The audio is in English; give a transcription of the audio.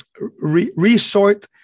resort